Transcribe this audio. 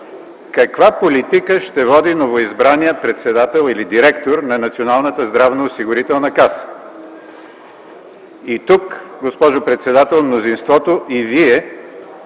каква политика ще води новоизбраният председател или директор на Националната здравноосигурителна каса? И тук, госпожо председател, мнозинството и Вие